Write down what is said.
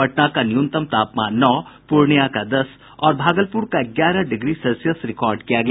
पटना का न्यूनतम तापमान नौ पूर्णिया का दस और भागलपुर का ग्यारह डिग्री सेल्सियस रिकार्ड किया गया